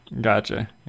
Gotcha